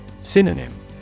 Synonym